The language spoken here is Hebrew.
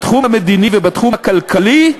בתחום המדיני ובתחום הכלכלי.